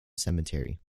cemetery